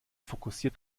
fokussiert